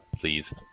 Please